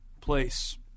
place